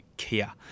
Kia